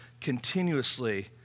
continuously